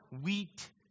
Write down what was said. wheat